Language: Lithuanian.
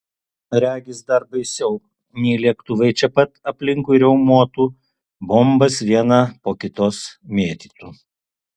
regis dar baisiau nei lėktuvai čia pat aplinkui riaumotų bombas vieną po kitos mėtytų